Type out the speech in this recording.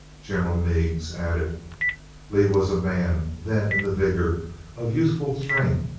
general meigs added lee was a man then in the vigor of youthful strength,